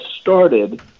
started